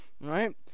right